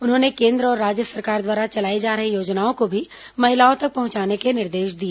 उन्होंने केन्द्र और राज्य सरकार द्वारा चलाई जा रही योजनाओं को भी महिलाओं तक पहंचाने के निर्देश दिए